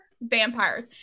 vampires